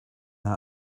done